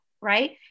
right